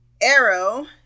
arrow